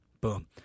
Boom